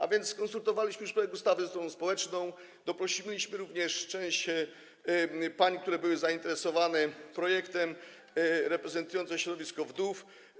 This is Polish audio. A więc skonsultowaliśmy już projekt ustawy ze stroną społeczną, zaprosiliśmy również część pań, które były zainteresowane projektem, pań reprezentujących środowisko wdów.